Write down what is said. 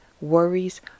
worries